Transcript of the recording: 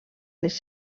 les